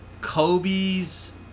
Kobe's